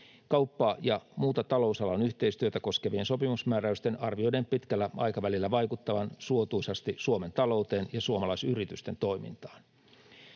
Kauppaa ja muuta talousalan yhteistyötä koskevien sopimusmääräysten arvioidaan pitkällä aikavälillä vaikuttavan suotuisasti Suomen talouteen ja suomalaisyritysten toimintaan.